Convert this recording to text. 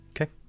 Okay